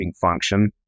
function